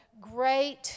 great